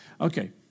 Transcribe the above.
Okay